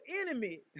enemy